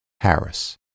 Harris